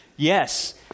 Yes